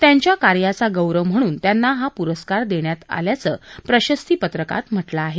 त्यांच्या कार्याचा गौरव म्हणून त्यांना हा पुरस्कार देण्यात आल्याचं प्रशस्तीपत्रात म्हटलं आहे